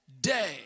day